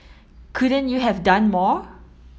couldn't you have done more